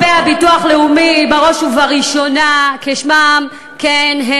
כספי הביטוח הלאומי, בראש ובראשונה, כשמם כן הם,